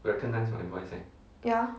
ya